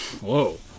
Whoa